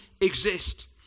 exist